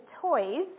toys